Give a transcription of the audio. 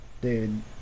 dude